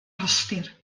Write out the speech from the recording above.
rhostir